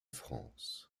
france